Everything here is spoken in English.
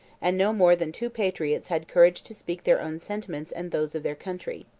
and no more than two patriots had courage to speak their own sentiments and those of their country.